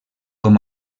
com